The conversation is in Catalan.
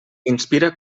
inspira